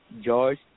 George